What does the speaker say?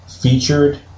featured